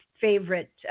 favorite